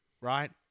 Right